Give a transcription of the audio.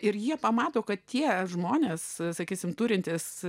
ir jie pamato kad tie žmonės sakysime turintys